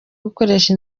gukoresha